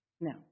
No